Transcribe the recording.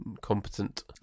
competent